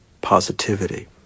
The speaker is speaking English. positivity